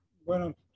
bueno